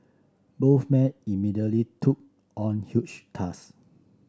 both men immediately took on huge task